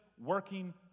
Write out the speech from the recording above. working